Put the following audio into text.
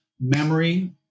memory